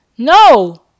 No